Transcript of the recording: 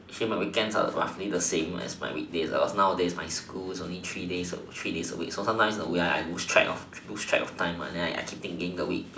actually me weekends are like roughly the same as my weekdays but nowadays my school is just three days three days a week so sometimes the way I lose track lose track of time and then I keep playing game in the week